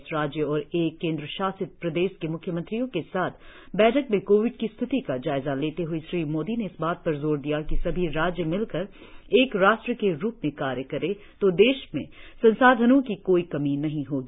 दस राज्यों और एक केंद्रशासित प्रदेश के म्ख्यमंत्रियों के साथ बैठक में कोविड की स्थिति का जायजा लेते हए श्री मोदी ने इस बात पर जोर दिया कि सभी राज्य मिल कर एक राष्ट्र के रूप में कार्य करें तो देश में संसाधनों की कोई कमी नहीं होगी